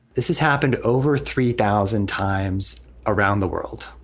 this has happened over three thousand times around the world.